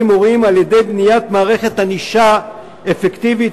מורים על-ידי בניית מערכת ענישה אפקטיבית,